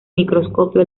microscopio